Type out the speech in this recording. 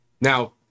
Now